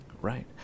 Right